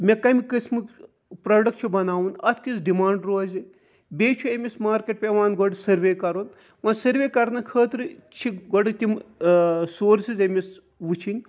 مےٚ کمہِ قٕسمُک پروڈکٹ چھُ بَناوُن اتھ کِس ڈِمانٛڈ روزِ بیٚیہِ چھُ أمِس مارکیٹ پیٚوان گۄڈٕ سٔروے کَرُن و سٔروے کَرنہٕ خٲطرٕ چھِ گۄڈٕ تِم سورسِز أمس وٕچھِنۍ